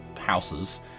houses